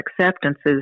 acceptances